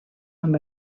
amb